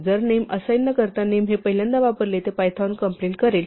जर name assign न करता नेम हे पहिल्यांदा वापरले तर पायथॉन कंप्लेन करेल